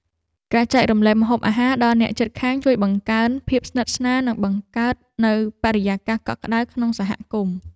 ការចែករំលែកម្ហូបអាហារដល់អ្នកជិតខាងជួយបង្កើនភាពស្និទ្ធស្នាល និងបង្កើតនូវបរិយាកាសកក់ក្តៅក្នុងសហគមន៍។